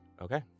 Okay